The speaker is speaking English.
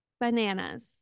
Bananas